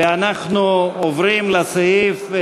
ואנחנו עוברים לסעיף: